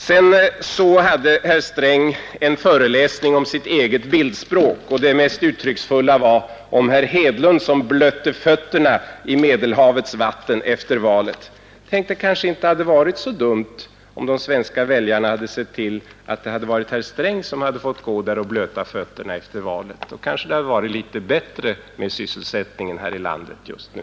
Sedan hade herr Sträng en föreläsning om sitt eget bildspråk, och det mest uttrycksfulla var om herr Hedlund som blötte fötterna i Medelhavets vatten efter valet. Tänk, kanske det inte hade varit så dumt om de svenska väljarna hade sett till att det hade varit herr Sträng som hade fått gå där och blöta fötterna efter valet. Då kanske det hade varit litet bättre med sysselsättningen här i landet just nu.